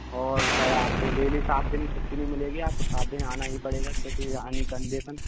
और सर आपको डेली सात दिन छुट्टी नहीं मिलेगी आपको सात दिन आना ही पड़ेगा कैसे भी अनी कंडीशन